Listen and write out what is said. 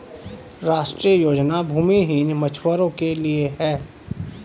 राष्ट्रीय योजना भूमिहीन मछुवारो के लिए है